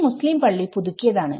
ഈ മുസ്ലിം പള്ളി പുതുക്കിയതാണ്